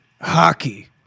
hockey